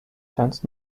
turns